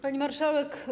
Pani Marszałek!